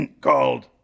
called